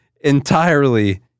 entirely